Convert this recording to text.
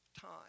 time